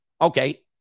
Okay